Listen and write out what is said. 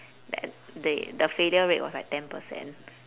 that they the failure rate was like ten percent